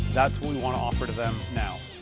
that's what we want to offer to them now.